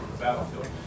battlefield